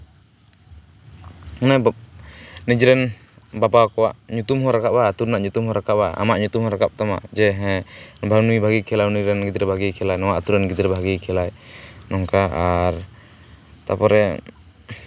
ᱚᱱᱮ ᱱᱤᱡᱮᱨᱮᱱ ᱵᱟᱵᱟ ᱠᱚᱣᱟᱜ ᱧᱩᱛᱩᱢ ᱦᱚᱸ ᱨᱟᱠᱟᱵᱼᱟ ᱟᱛᱳ ᱨᱮᱱᱟᱜ ᱧᱩᱛᱩᱢ ᱦᱚᱸ ᱨᱟᱠᱟᱵᱼᱟ ᱟᱢᱟᱜ ᱧᱩᱛᱩᱢ ᱦᱚᱸ ᱨᱟᱠᱟᱵ ᱛᱟᱢᱟ ᱡᱮ ᱦᱮᱸ ᱵᱟᱝ ᱱᱩᱭ ᱵᱷᱟᱜᱮᱭ ᱠᱷᱮᱞᱟ ᱱᱩᱭ ᱨᱮᱱ ᱜᱤᱫᱽᱨᱟᱹ ᱵᱷᱟᱜᱮᱭ ᱠᱷᱮᱞᱟ ᱱᱚᱣᱟ ᱟᱛᱳ ᱨᱮᱱ ᱜᱤᱫᱽᱨᱟᱹ ᱵᱷᱟᱜᱮᱭ ᱠᱷᱮᱞᱟᱭ ᱱᱚᱝᱠᱟ ᱟᱨ ᱛᱟᱯᱚᱨᱮ